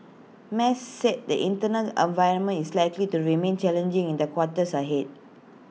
mas said the internal environment is likely to remain challenging in the quarters ahead